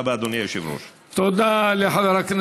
תודה רבה, אדוני היושב-ראש.